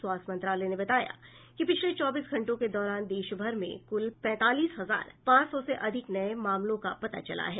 स्वास्थ्य मंत्रालय ने बताया कि पिछले चौबीस घंटों के दौरान देश भर में कुल पैंतालीस हजार पांच सौ से अधिक नए मामलों का पता चला है